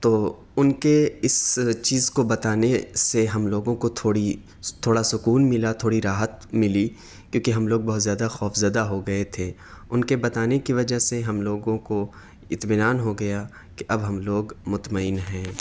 تو ان کے اس چیز کو بتانے سے ہم لوگوں کو تھوڑی تھوڑا سکون ملا تھوڑی راحت ملی کیوں کہ ہم لوگ بہت زیادہ خوف زدہ ہو گیے تھے ان کے بتانے کی وجہ سے ہم لوگوں کو اطمینان ہو گیا کہ اب ہم لوگ مطمئن ہیں